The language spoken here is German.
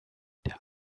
der